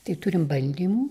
tai turim bandymų